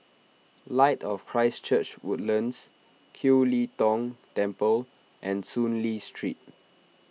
Light of Christ Church Woodlands Kiew Lee Tong Temple and Soon Lee Street